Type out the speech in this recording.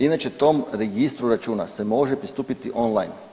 Inače tom registru računa se može pristupiti on-line.